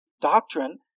doctrine